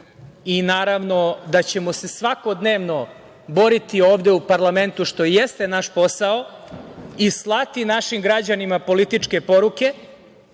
i naravno da ćemo se svakodnevno boriti ovde u parlamentu, što i jeste naš posao, i slati našim građanima političke poruke